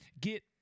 get